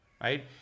right